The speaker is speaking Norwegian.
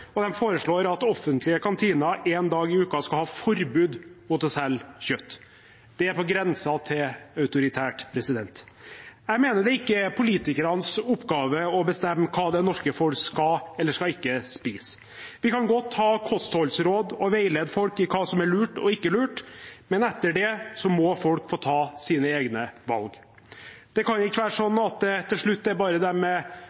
og de foreslår at offentlige kantiner en dag i uka skal ha forbud mot å selge kjøtt. Det er på grensen til autoritært. Jeg mener det ikke er politikernes oppgave å bestemme hva det norske folk skal eller ikke skal spise. Vi kan godt ha kostholdsråd og veilede folk i hva som er lurt og ikke lurt, men etter det må folk få ta sine egne valg. Det kan ikke være slik at det til slutt er bare dem